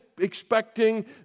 expecting